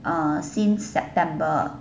since september